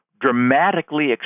dramatically